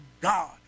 God